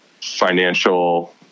financial